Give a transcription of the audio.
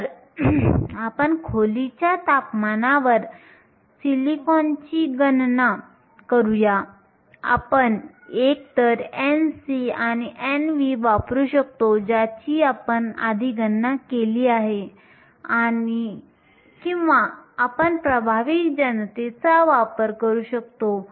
तर आपण खोलीच्या तापमानावर सिलिकॉनची गणना करूया आपण एकतर Nc आणि Nv वापरू शकतो ज्याची आपण आधी गणना केली आहे किंवा आपण प्रभावी जनतेचा वापर करू शकतो